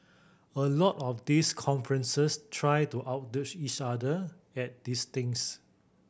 a lot of these conferences try to outdo each other at these things